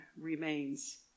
remains